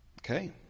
Okay